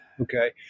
Okay